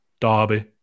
Derby